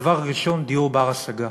דבר ראשון, דיור בר-השגה,